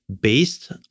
based